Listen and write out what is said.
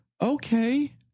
okay